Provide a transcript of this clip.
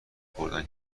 بردن